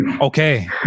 Okay